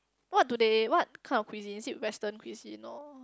what do they what kind of cuisine is it western cuisine or